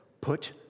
Put